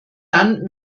dann